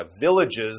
Villages